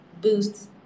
boosts